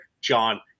John